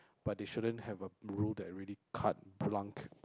but they shouldn't have a rule that really cut blanc